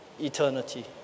eternity